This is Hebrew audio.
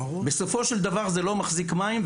בסופו של דבר זה לא מחזיק מים,